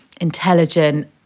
intelligent